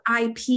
IP